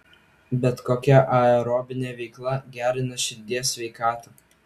bet kokia aerobinė veikla gerina širdies sveikatą